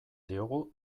diogu